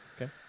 Okay